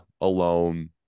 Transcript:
alone